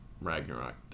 Ragnarok